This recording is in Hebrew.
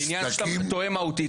זה עניין שאתה טועה מהותית,